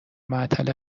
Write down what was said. معطل